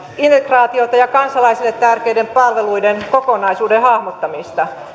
integraatiota ja kansalaisille tärkeiden palveluiden kokonaisuuden hahmottamista